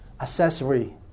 accessory